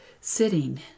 sitting